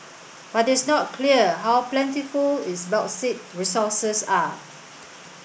but it's not clear how plentiful its bauxite resources are